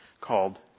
called